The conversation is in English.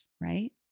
right